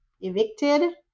evicted